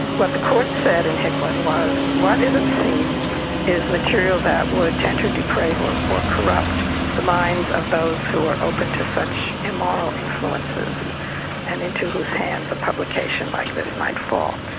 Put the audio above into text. what the court said in hicklin was what is obscene is material that would tend to deprave or or corrupt the minds of those who were open to such immoral influences and into whose hands a publication like this might fall.